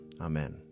Amen